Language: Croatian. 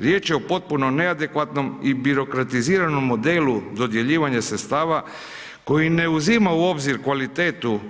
Riječ je o potpuno neadekvatnom i birokratiziranom modelu dodjeljivanja sredstava koji ne uzima u obzir kvalitetu